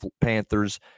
Panthers